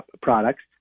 products